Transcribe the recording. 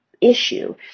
issue